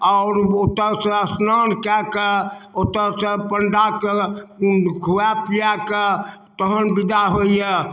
आओर ओतऽसँ अस्नान कऽ कऽ ओतऽसँ पण्डाके खुआ पिआ कऽ तहन विदा होइए